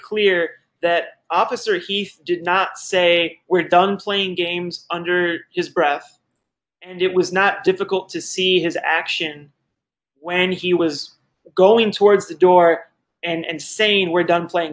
clear that obviously he did not say we're done playing games under his breath and it was not difficult to see his action when he was going towards the door and saying we're done playing